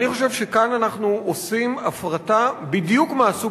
אני חושב שכאן אנחנו עושים הפרטה בדיוק מהסוג